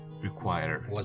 require